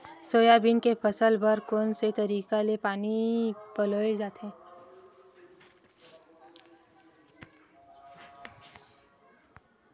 Soybean के फसल बर कोन से तरीका ले पानी पलोय जाथे?